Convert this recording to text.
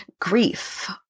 grief